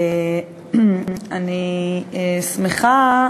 אני שמחה,